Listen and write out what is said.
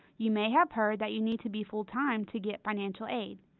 you may have heard that you need to be full-time to get financial aid,